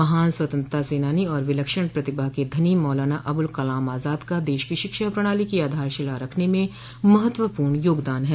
महान स्वतंत्रता सेनानी और विलक्षण प्रतिभा के धनी मौलाना अबुल कलाम आजाद का देश की शिक्षा प्रणाली की आधार शिला रखने में महत्वपूर्ण योगदान है